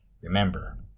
Remember